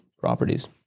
properties